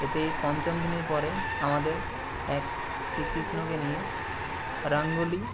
এতে পঞ্চম দিনের পরে আমাদের এক শ্রীকৃষ্ণকে নিয়ে রঙ্গোলী